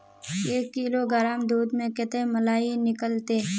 एक किलोग्राम दूध में कते मलाई निकलते?